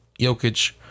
Jokic